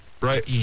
right